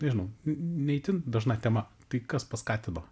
nežinau ne itin dažna tema tai kas paskatino